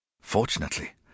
Fortunately